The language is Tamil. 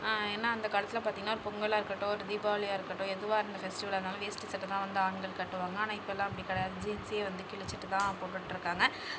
ஏன்னா அந்தக் காலத்தில் பார்த்தீங்கனா ஒரு பொங்கலாக இருக்கட்டும் ஒரு தீபாவளியாக இருக்கட்டும் எதுவாக இருந்தா ஃபெஸ்டிவலாக இருந்தாலும் வேஷ்டி சட்டைதான் வந்து ஆண்கள் கட்டுவாங்க ஆனால் இப்போல்லாம் அப்படி கிடையாது ஜீன்ஸே வந்து கிழிச்சுட்டுதான் போட்டுட்டு இருக்காங்க